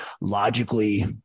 logically